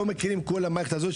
אנחנו לא מכירים את כל המערכת הזו,